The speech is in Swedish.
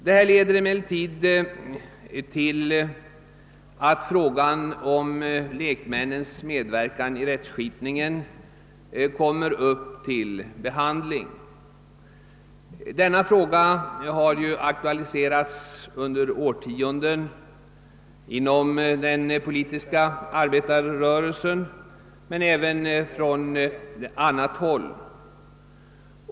Detta leder emellertid till att frågan om lekmännens medverkan i rättskipningen kommer upp till behandling, en fråga som i flera årtionden har diskuterats inom den politiska arbetarrörelsen men också på andra håll.